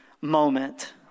moment